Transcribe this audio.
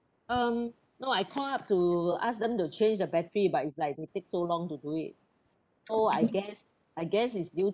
um no I call up to ask them to change the battery but it's like they take so long to do it oh I guess I guess it's due